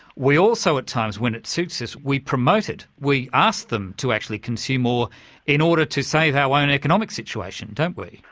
we also at times when it suits us, we promote it we ask them to actually consume or in order to save our own economic situation don't we?